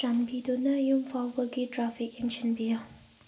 ꯆꯥꯟꯕꯤꯗꯨꯅ ꯌꯨꯝ ꯐꯥꯎꯕꯒꯤ ꯇ꯭ꯔꯥꯐꯤꯛ ꯌꯦꯡꯁꯤꯟꯕꯤꯌꯨ